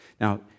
Now